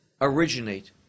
originate